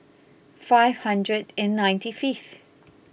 five hundred and ninety fifth